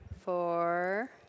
four